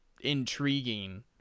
intriguing